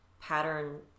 pattern